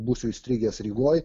būsiu įstrigęs rygoj